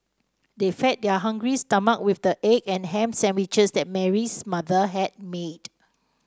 they fed their hungry stomachs with the egg and ham sandwiches that Mary's mother had made